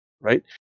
Right